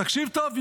תקשיב טוב,